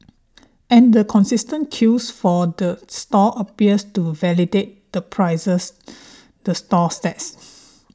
and the consistent queues for the stall appears to validate the prices the stall sets